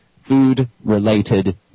food-related